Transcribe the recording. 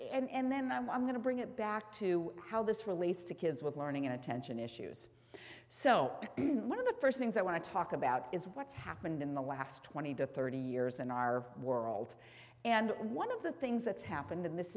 is and then i'm going to bring it back to how this relates to kids with learning and attention issues so one of the first things i want to talk about is what's happened in the last twenty to thirty years in our world and one of the things that's happened in this